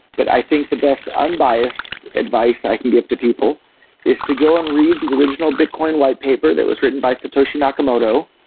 but i think the best unbiased advice i can give to people is to go and read the original bitcoin white paper that was written by satoshi nakamoto,